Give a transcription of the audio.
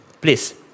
please